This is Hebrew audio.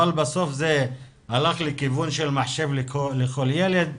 אבל בסוף זה הלך לכיוון של מחשב לכל ילד.